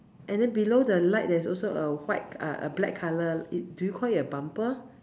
and then below the light there's also a white uh uh black color d~ do you call it a bumper